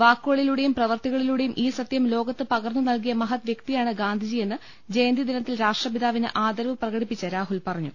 വാക്കുകളിലൂടെയും പ്രവൃത്തികളിലൂടെയും ഈ സത്യം ലോകത്ത് പകർന്ന് നൽകിയ മഹദ് വ്യക്തിയാണ് ഗാന്ധിജിയെന്ന് ജയന്തി ദിന ത്തിൽ രാഷ്ട്രപിതാവിന് ആദരവ് പ്രകടിപ്പിച്ച് രാഹുൽ പറ ഞ്ഞു